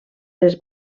les